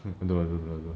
I don't know I don't know